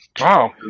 Wow